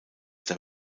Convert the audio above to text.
der